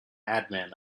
admin